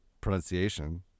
pronunciation